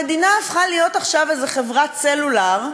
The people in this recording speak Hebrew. המדינה הפכה להיות עכשיו איזו חברת סלולר,